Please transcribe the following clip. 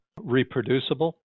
reproducible